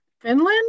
Finland